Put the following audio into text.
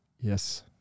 Yes